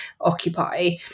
occupy